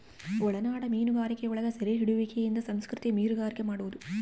ಒಳನಾಡ ಮೀನುಗಾರಿಕೆಯೊಳಗ ಸೆರೆಹಿಡಿಯುವಿಕೆಲಿಂದ ಸಂಸ್ಕೃತಿಕ ಮೀನುಗಾರಿಕೆ ಮಾಡುವದು